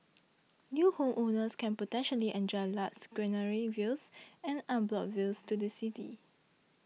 new homeowners can potentially enjoy lush greenery views and unblocked views to the city